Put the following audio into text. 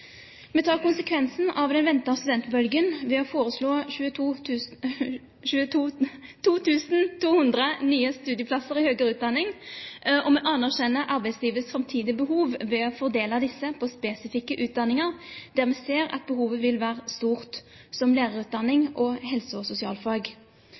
Vi tar konsekvensen av den ventede studentbølgen ved å foreslå 2 200 nye studieplasser i høyere utdanning. Og vi anerkjenner arbeidslivets framtidige behov ved å fordele disse på spesifikke utdanninger der vi ser at behovet vil være stort, som